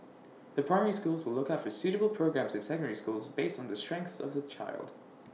the primary schools will look out for suitable programmes in secondary schools based on the strengths of the child